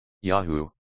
Yahoo